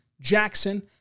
Jackson